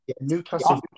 Newcastle